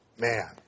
Man